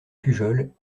pujol